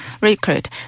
recruit